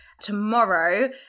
tomorrow